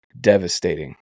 devastating